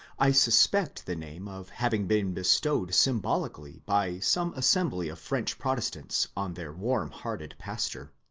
i suspect the name of having been bestowed symbolically by some assem bly of french protestants on their warm-hearted pastor.